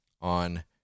on